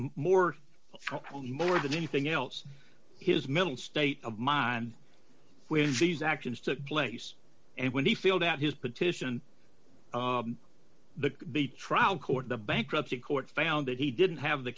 more more than anything else his mental state of mind when these actions took place and when he filled out his petition the the trial court the bankruptcy court found that he didn't have the